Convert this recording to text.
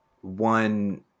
one